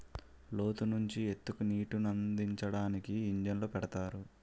లోతు నుంచి ఎత్తుకి నీటినందించడానికి ఇంజన్లు పెడతారు